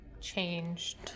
changed